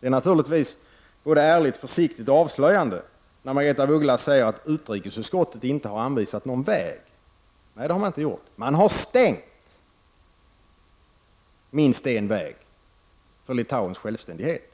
Det är naturligtvis både ärligt, försiktigt och avslöjande när Margaretha af Ugglas säger att utrikesutskottet inte har anvisat någon väg. Nej, utskottet har stängt minst en väg för Litauens självständighet.